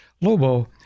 Lobo